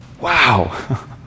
Wow